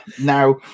now